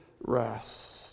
rest